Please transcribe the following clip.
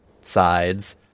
sides